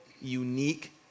unique